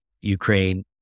Ukraine